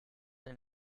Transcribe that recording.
and